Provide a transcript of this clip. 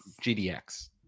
GDX